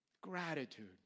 Gratitude